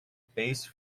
base